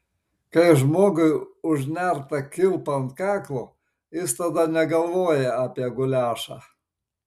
kai žmogui užnerta kilpa ant kaklo jis tada negalvoja apie guliašą